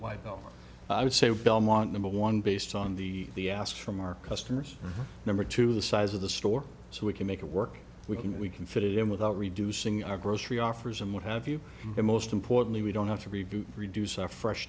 don't i would say belmont number one based on the the ask from our customers number to the size of the store so we can make it work we can we can fit it in without reducing our grocery offers and what have you most importantly we don't have to reboot reduce our fresh